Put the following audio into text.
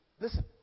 listen